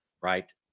right